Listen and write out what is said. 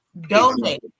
Donate